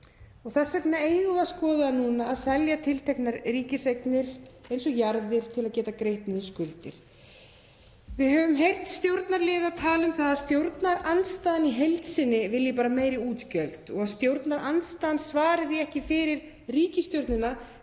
Þess vegna eigum við að skoða núna að selja tilteknar ríkiseignir eins og jarðir til að geta greitt niður skuldir. Við höfum heyrt stjórnarliða tala um að stjórnarandstaðan í heild sinni vilji bara meiri útgjöld og að stjórnarandstaðan svari því ekki fyrir ríkisstjórnina